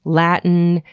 latin,